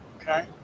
okay